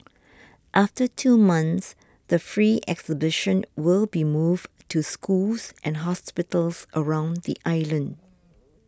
after two months the free exhibition will be moved to schools and hospitals around the island